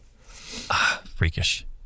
freakish